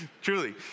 truly